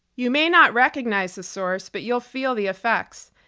you may not recognize the source, but you will feel the effects.